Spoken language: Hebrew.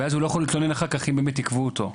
ואז הוא לא יוכל להתלונן אם באמת עיכבו אותו.